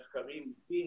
מחקרים מסין,